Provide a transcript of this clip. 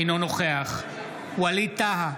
אינו נוכח ווליד טאהא,